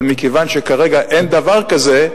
אבל מכיוון שכרגע אין דבר כזה,